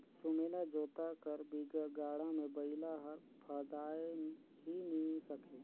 सुमेला जोता कर बिगर गाड़ा मे बइला हर फदाए ही नी सके